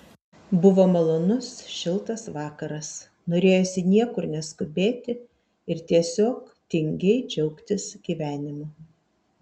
buvo malonus šiltas vakaras norėjosi niekur neskubėti ir tiesiog tingiai džiaugtis gyvenimu